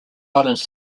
islands